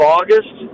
August